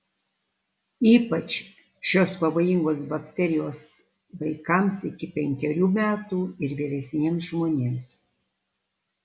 ypač šios pavojingos bakterijos vaikams iki penkerių metų ir vyresniems žmonėms